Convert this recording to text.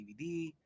DVD